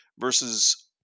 versus